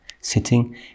sitting